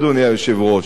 אדוני היושב-ראש.